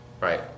Right